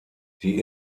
sie